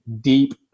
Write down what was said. deep